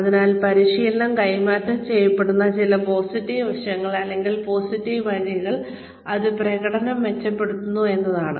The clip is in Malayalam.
അതിനാൽ പരിശീലനം കൈമാറ്റം ചെയ്യപ്പെടുന്ന ചില പോസിറ്റീവ് വശങ്ങൾ അല്ലെങ്കിൽ പോസിറ്റീവ് വഴികൾ അത് പ്രകടനം മെച്ചപ്പെടുത്തുന്നു എന്നതാണ്